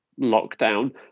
lockdown